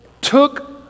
took